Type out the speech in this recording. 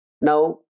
Now